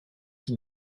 qui